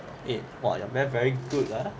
eight !whoa! your math very good ah